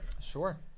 Sure